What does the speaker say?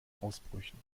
ausbrüchen